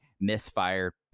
misfire